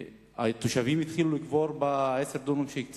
התושבים התחילו לקבור ב-10 הדונם שהקצו